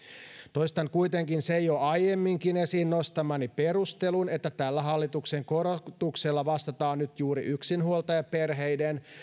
toistan kuitenkin sen jo aiemminkin esiin nostamani perustelun että tällä hallituksen korotuksella vastataan nyt juuri yksinhuoltajaperheiden